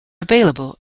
available